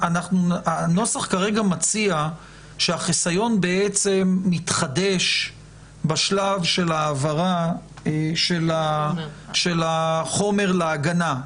הנוסח מציע שהחיסיון בעצם מתחדש בשלב של העברת החומר להגנה.